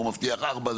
הוא מבטיח ארבע,